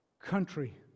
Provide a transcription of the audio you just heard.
country